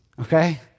okay